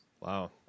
Wow